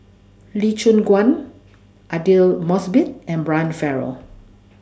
Lee Choon Guan Aidli Mosbit and Brian Farrell